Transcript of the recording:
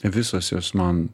visos jos man